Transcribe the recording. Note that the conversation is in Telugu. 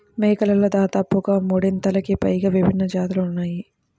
మేకలలో దాదాపుగా మూడొందలకి పైగా విభిన్న జాతులు ఉన్నాయి